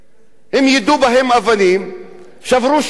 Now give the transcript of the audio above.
הם יידו בהן אבנים, שברו שמשות.